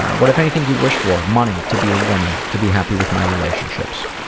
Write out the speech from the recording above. what, if anything, do you wish for money. to be a woman. to be happy with my relationships.